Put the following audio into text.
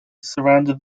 surrounded